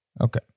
Okay